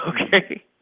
Okay